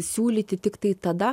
siūlyti tiktai tada